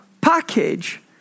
package